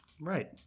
Right